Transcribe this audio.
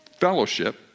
fellowship